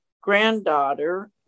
granddaughter